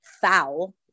foul